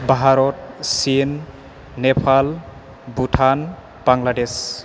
भारत चिन नेपाल भुटान बांलादेश